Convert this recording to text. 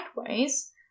sideways